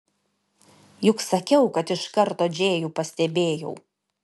juk sakiau kad iš karto džėjų pastebėjau